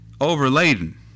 overladen